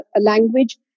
language